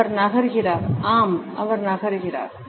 அவர் நகர்கிறார்